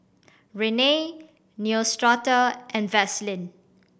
Rene Neostrata and Vaselin